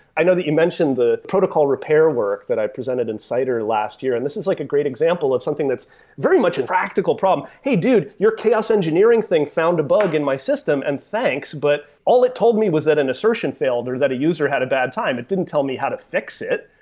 i know that you mentioned the protocol repair work that i presented insider last year, and this is like a great example of something that's very much a and practical problem, hey, dude. your chaos engineering thing found a bug in my system, and thanks, but all it told me was that an assertion failed or that a user had a bad time. it didn't tell me how to fix it.